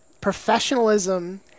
professionalism